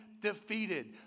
defeated